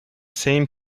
same